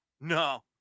No